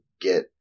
get